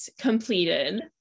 completed